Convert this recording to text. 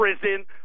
prison